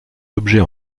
objets